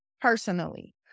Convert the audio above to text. personally